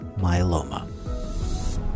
myeloma